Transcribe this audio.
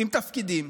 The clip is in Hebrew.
עם תפקידים.